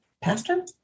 Pastor